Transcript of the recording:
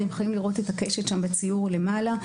אתם יכולים לראות את הקשת בציור למעלה,